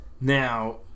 Now